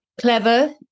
clever